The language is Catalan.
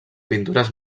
pintures